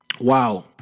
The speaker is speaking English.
wow